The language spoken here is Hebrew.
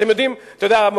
אתה יודע,